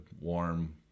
warm